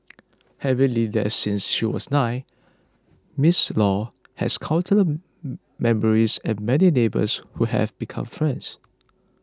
having lived there since she was nine Ms Law has count name memories and many neighbours who have become friends